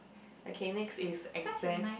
okay next is exams